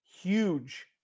huge